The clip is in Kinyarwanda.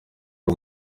ari